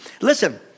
Listen